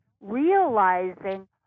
realizing